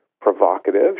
provocative